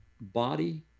body